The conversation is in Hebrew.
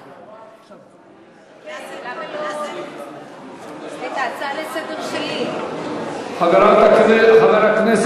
2879 ו-2906 בנושא: העברת חלקים ממתחם הכותל לעמותת אלע"ד.